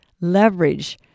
leverage